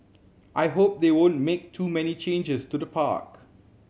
I hope they won't make too many changes to the park